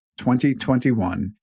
2021